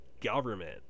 government